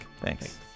Thanks